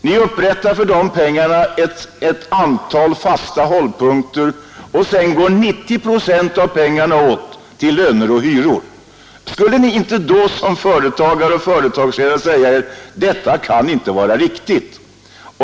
Ni upprättar för de pengarna ett antal fasta hållpunkter, och sedan går 90 procent av pengarna åt till löner och hyror. Skulle ni inte då som företagsledare säga er att detta inte kan vara riktigt?